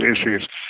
issues